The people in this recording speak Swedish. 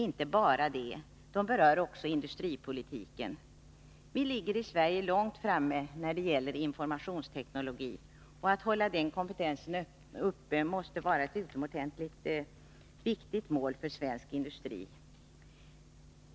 De berör också industripolitiken. Vi ligger i Sverige långt framme när det gäller informationsteknologi — att hålla den kompetensen uppe måste vara utomordentligt viktigt för svensk industri.